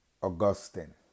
Augustine